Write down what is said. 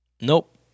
Nope